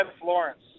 Florence